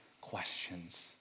questions